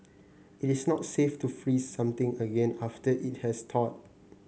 it is not safe to freeze something again after it has thawed